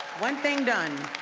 one thing done.